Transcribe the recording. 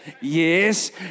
yes